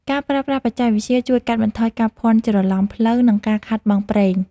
ការប្រើប្រាស់បច្ចេកវិទ្យា ជួយកាត់បន្ថយការភ័ន្តច្រឡំផ្លូវ និងការខាតបង់ប្រេង។